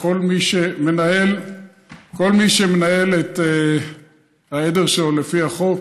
וכל מי שמנהל את העדר שלו לפי החוק